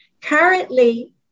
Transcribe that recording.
currently